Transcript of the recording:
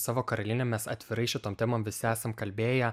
savo karalienėm mes atvirai šitom temom visi esam kalbėję